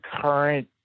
current